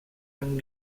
amb